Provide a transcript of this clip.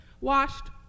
washed